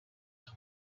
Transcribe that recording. that